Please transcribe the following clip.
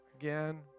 again